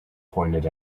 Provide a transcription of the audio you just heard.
pointed